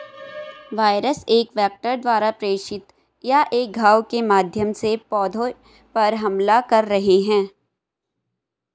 virus एक vector द्वारा प्रेषित या एक घाव के माध्यम से पौधे पर हमला कर रहे हैं